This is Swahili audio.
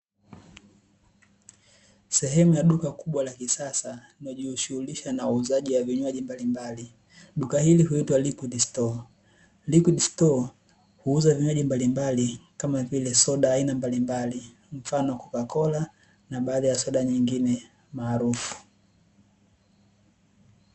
Sehemu ya duka kubwa la kisasa, linalojishughulisha na uuzaji wa vinywaji mbalimbali. Duka hili huitwa "liquor store". Liquor store, huuza vinywaji mbalimbali kama vile soda aina mbalimbali, mfano kokakola na soda nyingine maarufu.